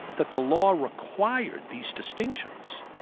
that the law required these distinctions,